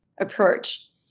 approach